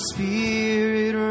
Spirit